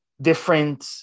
different